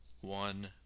one